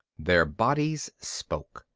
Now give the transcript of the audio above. their bodies spoke.